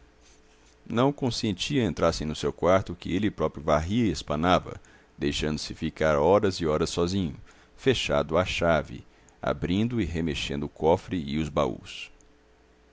não consentia entrassem no seu quarto que ele próprio varria e espanava deixando-se ficar horas e horas sozinho fechado à chave abrindo e remexendo o cofre e os baús